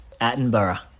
Attenborough